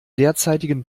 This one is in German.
derzeitigen